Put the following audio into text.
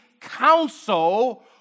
counsel